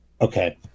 okay